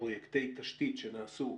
ופרויקטי תשתית שנעשו,